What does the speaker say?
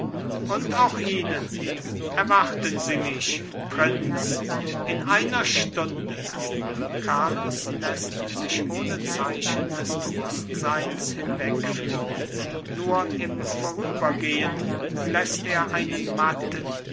und auch ihnen erwarten sie mich prinz in einer stunde carlos läßt sich ohne zeichen des bewußtseins hinwegführen nur im vorübergehen läßt er einen matten